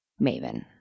Maven